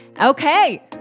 Okay